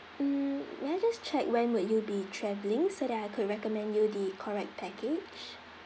mm may I just check when will you be travelling so that I could recommend you the correct package